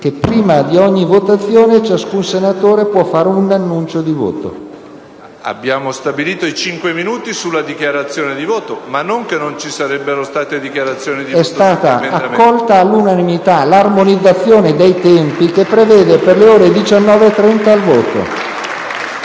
Che prima di ogni votazione ciascun senatore può fare un annuncio di voto. DELLA VEDOVA *(SCpI)*. Abbiamo stabilito i cinque minuti sulla dichiarazione di voto, ma non che non ci sarebbero state dichiarazioni di voto. PRESIDENTE. È stata accolta all'unanimità l'armonizzazione dei tempi, che prevede per le ore 19.30 il voto.